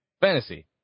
fantasy